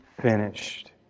finished